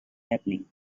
happening